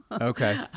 Okay